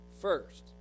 first